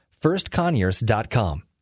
firstconyers.com